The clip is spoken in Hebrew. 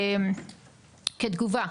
כתגובה,